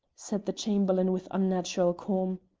said the chamberlain with unnatural calm.